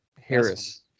Harris